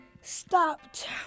stopped